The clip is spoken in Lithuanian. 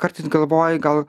kartais galvoji gal